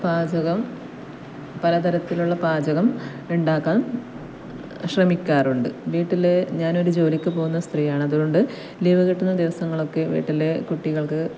പാചകം പല തരത്തിലുള്ള പാചകം ഉണ്ടാക്കാൻ ശ്രമിക്കാറുണ്ട് വീട്ടിൽ ഞാനൊരു ജോലിയ്ക്ക് പോകുന്ന സ്ത്രീയാണ് അതുകൊണ്ട് ലീവ് കിട്ടുന്ന ദിവസങ്ങളൊക്കെ വീട്ടിൽ കുട്ടികൾക്ക്